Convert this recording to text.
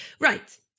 right